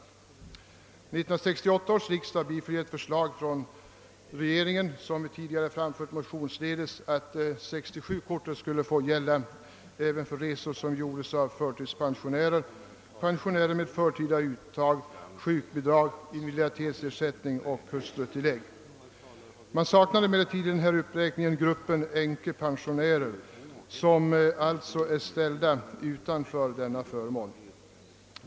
1968 års riksdag biföll ett förslag från regeringen, som vi tidigare framställt motionsledes, att 67 kortet skulle få gälla även för resor som görs av förtidspensionärer, pensionärer med förtida uttag, samt pensionärer med sjukbidrag, invaliditetsersättning och hustrutillägg. I denna uppräkning saknar man emellertid gruppen änkepensionärer, vilka alltså är ställda utanför denna förmån.